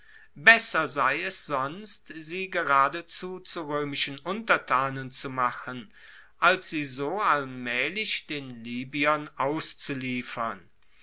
besser sei es sonst sie geradezu zu roemischen untertanen zumachen als sie so allmaehlich den libyern auszuliefern